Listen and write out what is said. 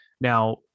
Now